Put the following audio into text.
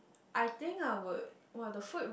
I think I would !wah! the food